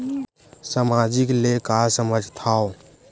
सामाजिक ले का समझ थाव?